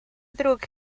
ddrwg